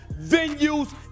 Venues